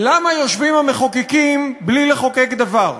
/ למה יושבים המחוקקים בלי לחוקק דבר?